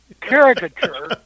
caricature